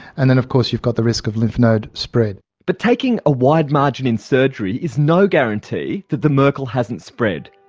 and then of course you've got the risk of lymph node spread. but taking a wide margin in surgery is no guarantee that the merkel hasn't hasn't spread,